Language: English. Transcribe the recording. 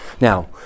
Now